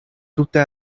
tute